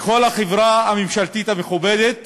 בכל החברה הממשלתית המכובדת